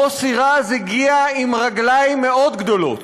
מוסי רז הגיע עם רגליים מאוד גדולות.